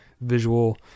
visual